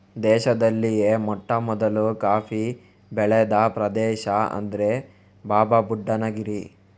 ದೇಶದಲ್ಲಿಯೇ ಮೊಟ್ಟಮೊದಲು ಕಾಫಿ ಬೆಳೆದ ಪ್ರದೇಶ ಅಂದ್ರೆ ಬಾಬಾಬುಡನ್ ಗಿರಿ